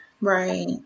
right